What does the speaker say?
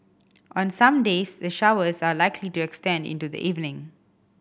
on some days the showers are likely to extend into the evening